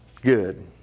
good